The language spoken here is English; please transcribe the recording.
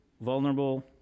vulnerable